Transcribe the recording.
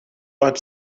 ought